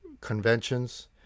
conventions